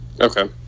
okay